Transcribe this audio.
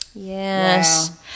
Yes